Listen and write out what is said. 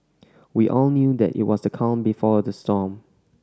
we all knew that it was the calm before the storm